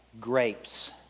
grapes